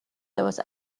لباس